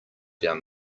down